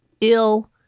ill